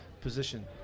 position